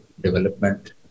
development